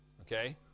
Okay